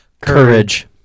Courage